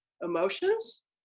emotions